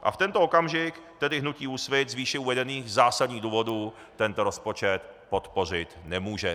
V tento okamžik hnutí Úsvit z výše uvedených zásadních důvodů tento rozpočet podpořit nemůže.